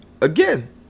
Again